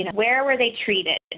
you know where were they treated?